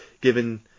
given